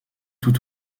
tout